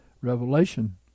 Revelation